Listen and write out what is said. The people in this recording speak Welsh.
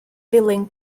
ddilyn